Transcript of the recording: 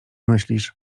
myślisz